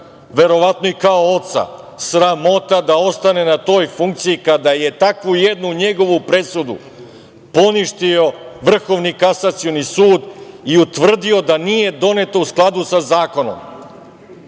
verovatno i kao oca, sramota da ostane na toj funkciji kada je takvu jednu njegovu presudu poništio Vrhovni kasacioni sud i utvrdio da nije doneta u skladu sa zakonom?